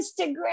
Instagram